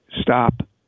stop